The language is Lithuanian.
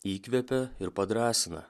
įkvepia ir padrąsina